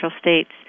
states